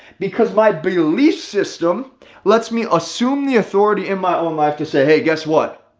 because my belief system lets me assume the authority in my own life to say, hey, guess what,